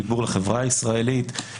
חיבור לחברה הישראלית,